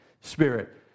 Spirit